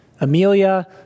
Amelia